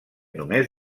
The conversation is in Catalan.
només